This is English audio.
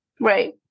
Right